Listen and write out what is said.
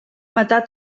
matar